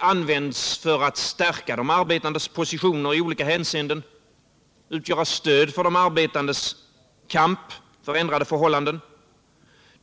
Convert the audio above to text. används för att stärka de arbetandes positioner i olika hänseenden, för att utgöra ett stöd för de arbetandes kamp för ändrade förhållanden.